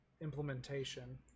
implementation